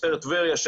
משטרת טבריה,